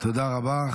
תודה רבה.